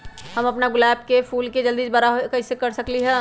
हम अपना गुलाब के फूल के जल्दी से बारा कईसे कर सकिंले?